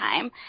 time